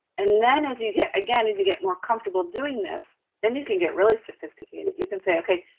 and then, as you get, again, as you get more comfortable doing this, then you can get really sophisticated. you can say, okay,